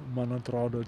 man atrodo